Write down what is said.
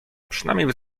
przynajmniej